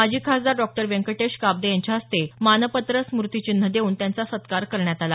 माजी खासदार डॉ व्यंकटेश काब्दे यांच्या हस्ते मानपत्र स्मूतीचिन्ह देऊन त्यांचा सत्कार करण्यात आला